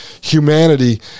humanity